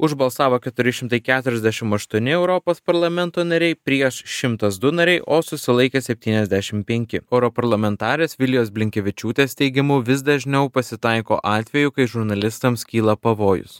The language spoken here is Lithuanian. už balsavo keturi šimtai keturiasdešim aštuoni europos parlamento nariai prieš šimtas du nariai o susilaikė septyniasdešim penki europarlamentarės vilijos blinkevičiūtės teigimu vis dažniau pasitaiko atvejų kai žurnalistams kyla pavojus